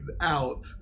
out